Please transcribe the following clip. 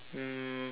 um